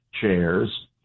chairs